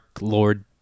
Lord